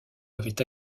avait